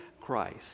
Christ